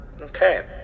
Okay